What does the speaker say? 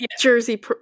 Jersey